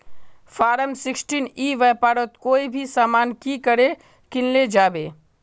Form sixteen ई व्यापारोत कोई भी सामान की करे किनले जाबे?